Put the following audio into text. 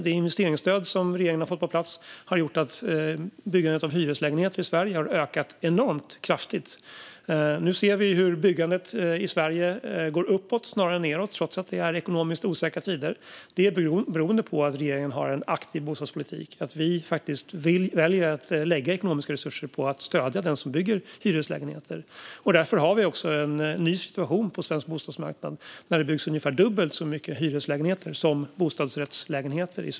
Det investeringsstöd som regeringen har fått på plats har gjort att byggandet av hyreslägenheter i Sverige har ökat enormt kraftigt. Nu ser vi hur byggandet i Sverige går uppåt snarare än nedåt trots att det är ekonomiskt osäkra tider. Det beror på att regeringen har en aktiv bostadspolitik och att vi faktiskt väljer att lägga ekonomiska resurser på att stödja den som bygger hyreslägenheter. Därför har vi också en ny situation på svensk bostadsmarknad där det byggs ungefär dubbelt så många hyreslägenheter som bostadsrättslägenheter.